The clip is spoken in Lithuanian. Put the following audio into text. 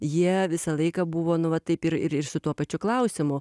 jie visą laiką buvo nu va taip ir ir su tuo pačiu klausimu